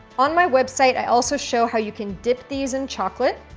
on my website i also show how you can dip these in chocolate.